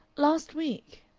last week.